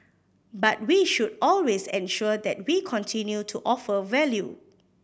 but we should always ensure that we continue to offer value